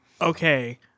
Okay